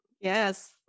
Yes